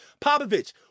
Popovich